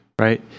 right